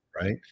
right